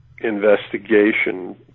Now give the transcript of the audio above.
investigation